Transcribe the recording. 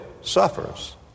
suffers